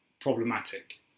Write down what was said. problematic